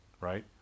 Right